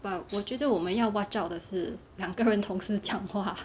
but 我觉得我们要 watch out 的是两个人同时讲话